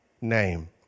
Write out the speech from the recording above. name